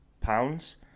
pounds